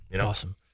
Awesome